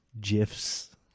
gifs